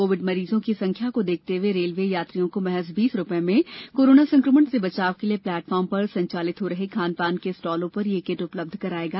Covid मरीजों की संख्या को देखते हए रेलवे यात्रियों को महज बीस रुपये में कोरोना संक्रमण से बचाव के लिए प्लेटफार्म पर संचालित हो रहे खानपान के स्टॉलों पर यह किट उपलब्ध कराएगा